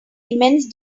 immense